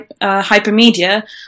hypermedia